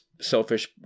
selfish